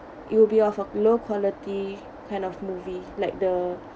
you will be of a low quality kind of movies like the